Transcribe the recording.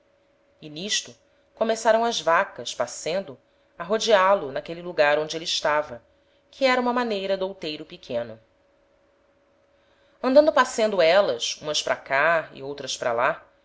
e n'isto começaram as vacas pascendo a rodeá lo n'aquele lugar onde êle estava que era uma maneira d'outeiro pequeno andando pascendo élas umas para cá e outras para lá